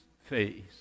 face